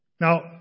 Now